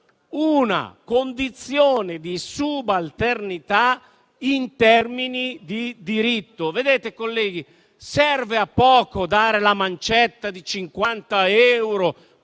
una condizione di subalternità in termini di diritto. Vedete, colleghi, serve a poco dare la mancetta di 50 euro